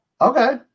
Okay